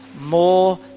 more